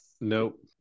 Nope